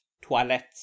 Toilets